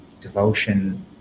devotion